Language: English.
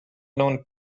known